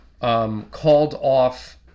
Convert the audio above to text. called-off